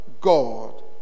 God